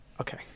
Okay